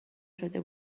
شده